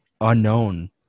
unknown